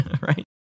right